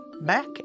back